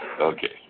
Okay